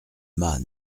mas